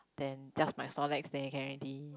then just my Snorlax there can already